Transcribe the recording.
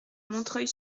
montreuil